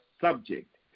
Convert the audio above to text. subject